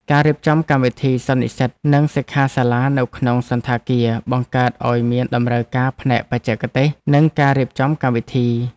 ការរៀបចំកម្មវិធីសន្និសីទ និងសិក្ខាសាលានៅក្នុងសណ្ឋាគារបង្កើតឱ្យមានតម្រូវការផ្នែកបច្ចេកទេស និងការរៀបចំកម្មវិធី។